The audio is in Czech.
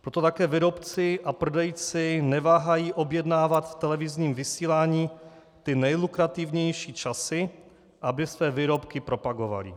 Proto také výrobci a prodejci neváhají objednávat v televizním vysílání ty nejlukrativnější časy, aby své výrobky propagovali.